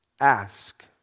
ask